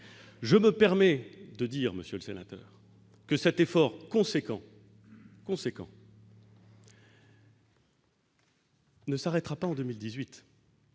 je me permets de dire, Monsieur le Sénateur que cet effort conséquent conséquents. Ne s'arrêtera pas en 2018.